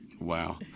Wow